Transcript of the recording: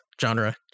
genre